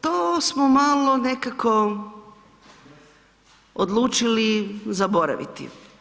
To smo malo nekako odlučili zaboraviti.